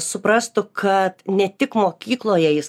suprastų kad ne tik mokykloje jis